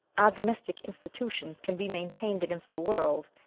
our domestic institutions can be maintained against the world,